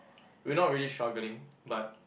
we're not really struggling but